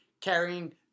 carrying